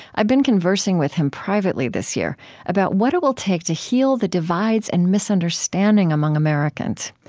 i've been conversing with him privately this year about what it will take to heal the divides and misunderstanding among americans.